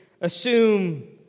assume